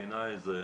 בעיני --- כן,